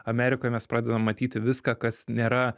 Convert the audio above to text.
amerikoj mes pradedam matyti viską kas nėra